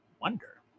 wonder